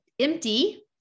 empty